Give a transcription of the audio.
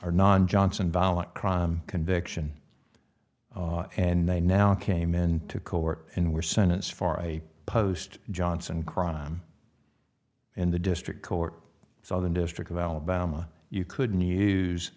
or non johnson violent crime conviction and they now came into court and were sentenced for a post johnson crime and the district court southern district of alabama you couldn't use